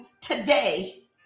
today